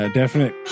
definite